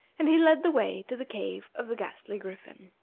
and he led the way to the cave of the ghastly griffin.